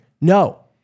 No